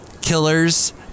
killers